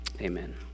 Amen